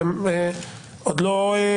והם עוד לא.